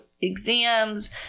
exams